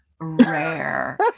rare